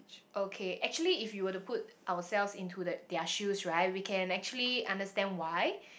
okay actually if you were to put ourselves into the their shoes right we can actually understand why